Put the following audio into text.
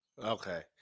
Okay